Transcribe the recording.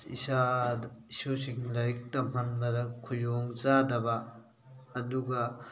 ꯏꯆꯥꯗ ꯏꯁꯨꯁꯤꯡ ꯂꯥꯏꯔꯤꯛ ꯇꯝꯍꯟꯕꯗ ꯈꯨꯗꯣꯡꯆꯥꯗꯕ ꯑꯗꯨꯒ